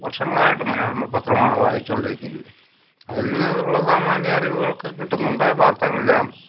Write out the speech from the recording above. വർഷങ്ങളായിട്ട് മനോരമ പത്രമാണ് വായിച്ചു കൊണ്ടിരിക്കുന്നത് അതിൽ നിന്നുള്ള സാമാന്യ അറിവുകളൊക്കെ കിട്ടുന്നുണ്ട് വാർത്തകളെല്ലാം